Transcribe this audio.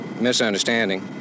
misunderstanding